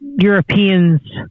Europeans